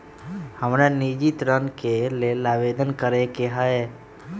हमरा निजी ऋण के लेल आवेदन करै के हए